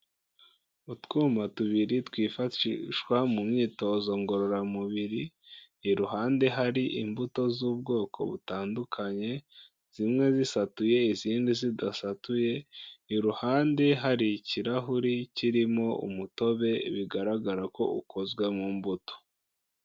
Utwuma tubiri twifashishwa mu myitozo ngororamubiri, iruhande hari imbuto z'ubwoko butandukanye zimwe zisatuye, izindi zidasatuye, iruhande hari ikirahuri kirimo umutobe bigaragara ko ukozwe mu mbuto.